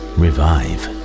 revive